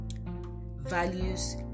values